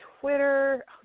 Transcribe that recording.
twitter